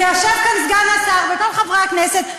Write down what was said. ויושבים פה סגן השר וכל חברי הכנסת,